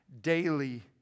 daily